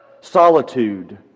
Solitude